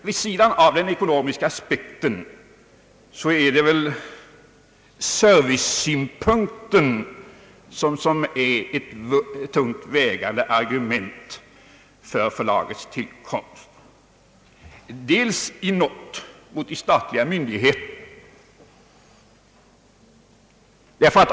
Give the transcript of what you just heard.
Vid sidan av den ekonomiska aspekten är väl servicesynpunkten ett tungt vägande argument för förlagets tillkomst, framför allt med avseende på de statliga myndigheterna.